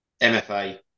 MFA